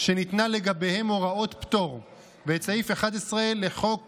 שניתנה לגביהם הוראת פטור, ואת סעיף 11 לחוק